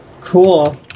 Cool